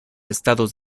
estados